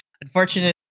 unfortunately